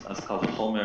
אז קל וחומר